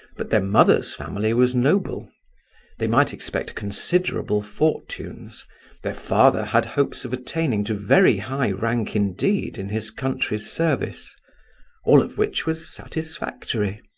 but their mother's family was noble they might expect considerable fortunes their father had hopes of attaining to very high rank indeed in his country's service all of which was satisfactory.